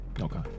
Okay